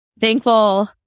thankful